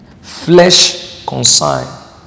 flesh-consigned